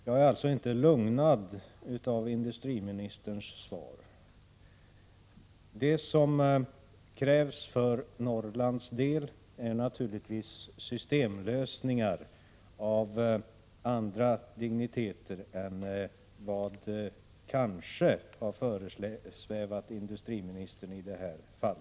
Jag är alltså inte lugnad av industriministerns svar. Det som krävs för Norrlands del är naturligtvis systemlösningar av andra digniteter än vad som kanske har föresvävat industriministern i detta fall.